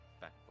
back